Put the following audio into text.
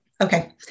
Okay